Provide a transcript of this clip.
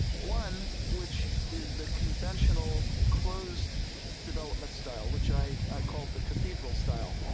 one, which is the conventional closed development style, which i i called the cathedral style.